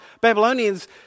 Babylonians